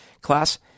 class